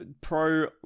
pro